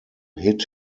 hit